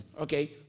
okay